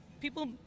people